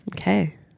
Okay